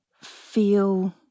feel